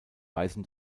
weisen